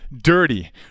dirty